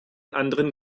anderen